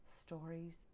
stories